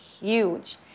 Huge